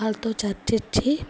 వాళ్లతో చర్చించి